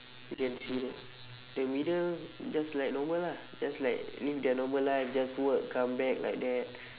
you can see that the middle just like normal ah just like live their normal life just work come back like that